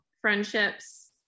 friendships